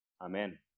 Amen